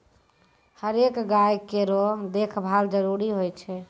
हरेक गाय केरो देखभाल जरूरी होय छै